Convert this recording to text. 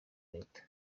leta